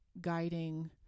guiding